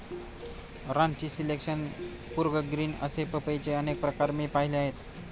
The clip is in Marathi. रांची सिलेक्शन, कूर्ग ग्रीन असे पपईचे अनेक प्रकार मी पाहिले आहेत